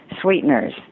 sweeteners